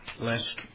lest